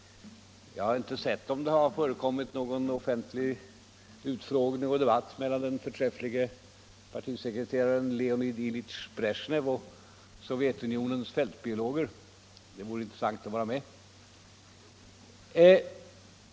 Jag har inte sett om det förekommit någon offentlig utfrågning eller någon debatt mellan den förträfflige partisekreteraren Leonid Ilyich Bresjnev och Sovjetunionens fältbiologer — det vore i så fall intressant att få vara med.